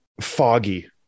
foggy